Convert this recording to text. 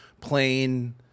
plain